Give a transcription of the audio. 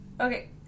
Okay